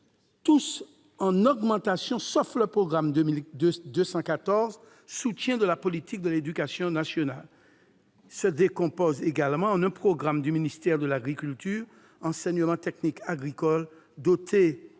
tous en augmentation, sauf le programme 214, « Soutien de la politique de l'éducation nationale », et en un programme du ministère de l'agriculture, « Enseignement technique agricole », doté